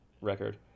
record